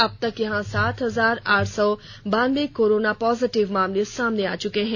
अबतक यहां सात हजार आठ सौ बानन्वे कोरोना पॉजिटिव मामले सामने आ चुके हैं